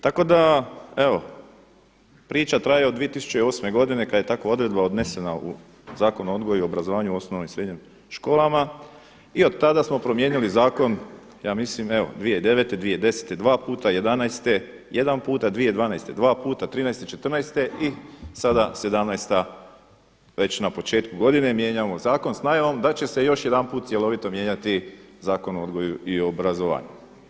Tako da evo priča traje od 2008. godine kada je takva odredba unesena u Zakon o odgoju i obrazovanju u osnovnim i srednjim školama i od tada smo promijenili zakon ja mislim evo 2009., 2010. dva puta, 2011. jedan puta, 2012. dva puta, 13. i 14. i sada 17. već na početku godine mijenjamo zakon s najavom da će se još jedanput cjelovito mijenjati Zakon o odgoju i obrazovanju.